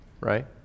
right